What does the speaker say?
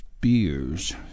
beers